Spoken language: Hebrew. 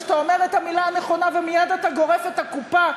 שאתה אומר את המילה הנכונה ומייד אתה גורף את הקופה,